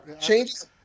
changes